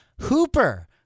Hooper